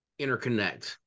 interconnect